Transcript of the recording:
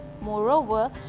Moreover